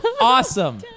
Awesome